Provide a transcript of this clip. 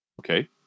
Okay